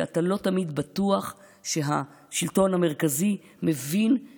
ולא תמיד אתה בטוח שהשלטון המרכזי מבין,